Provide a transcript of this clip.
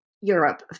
Europe